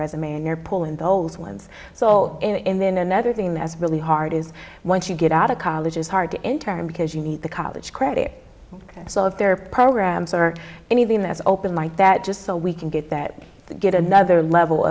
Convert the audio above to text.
resume and they're pulling the old ones so and then another thing that's really hard is once you get out of college is hard to enter because you need the college credit so if there are programs or anything that's open like that just so we can get that get another level